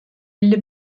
elli